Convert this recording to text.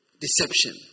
Deception